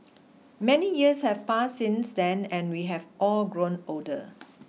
many years have passed since then and we have all grown older